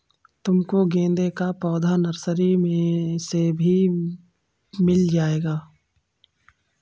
तुमको गेंदे का पौधा नर्सरी से भी मिल जाएगा